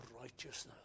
righteousness